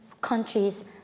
countries